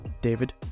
David